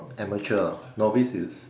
amateur novice is